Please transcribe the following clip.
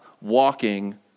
walking